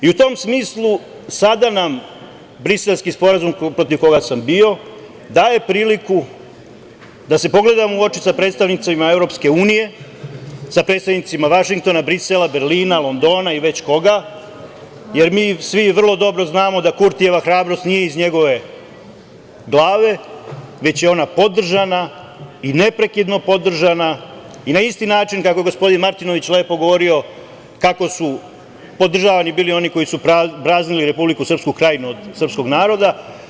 U tom smislu, sada nam Briselski sporazum, protiv koga sam bio, daje priliku da se pogledamo u oči sa predstavnicima EU, sa predstavnicima Vašingtona, Brisela, Berlina, Londona i već koga, jer mi svi vrlo dobro znamo da Kurtijeva hrabrost nije iz njegove glave, već je ona podržana i neprekidno podržavana, i na isti način kako je gospodin Martinović lepo govorio, kako su podržavani oni koji su praznili Republiku Srpsku Krajnu od srpskog naroda.